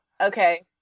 Okay